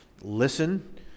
listen